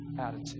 attitude